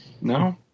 No